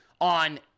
on